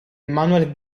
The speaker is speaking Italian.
manuel